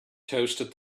toasted